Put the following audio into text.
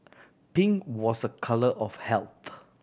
pink was a colour of health